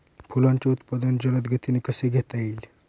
फुलांचे उत्पादन जलद गतीने कसे घेता येईल?